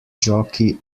jockey